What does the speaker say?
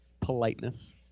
politeness